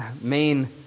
main